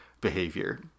behavior